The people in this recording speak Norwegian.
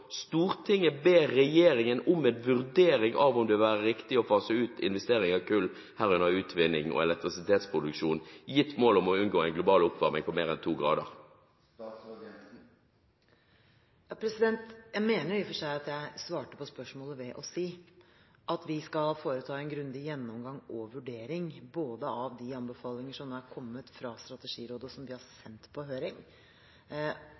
ber regjeringen om en vurdering av om det vil være riktig å fase ut investeringer i kull, herunder utvinning og elektrisitetsproduksjon, gitt målet om å unngå en global oppvarming på mer enn 2 grader» osv. Jeg mener i og for seg at jeg svarte på spørsmålet ved å si at vi skal foreta en grundig gjennomgang og vurdering av de anbefalinger som nå er kommet fra Strategirådet, og som vi har